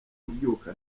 kubyuka